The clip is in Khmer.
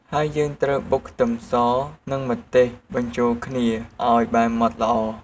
ហើយយើងត្រូវបុកខ្ទឹមស និងម្ទេសបញ្ចូលគ្នាឱ្យបានម៉ដ្ឋល្អ។